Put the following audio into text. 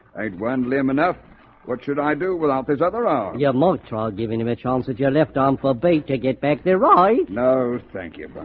i'd one limb enough what should i do without his other arm? yeah like montag giving him a chance with your left arm for bait to get back there, right? no. thank you